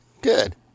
Good